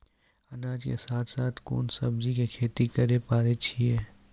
अनाज के साथ साथ कोंन सब्जी के खेती करे पारे छियै?